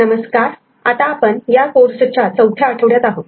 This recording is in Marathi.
नमस्कार आता आपण या कोर्सच्या चौथ्या आठवड्यात आहोत